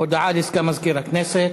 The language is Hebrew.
הודעה לסגן מזכיר הכנסת.